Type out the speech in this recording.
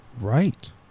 right